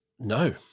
No